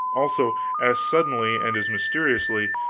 also, as suddenly and as mysteriously,